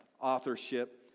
authorship